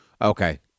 Okay